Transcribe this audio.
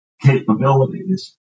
capabilities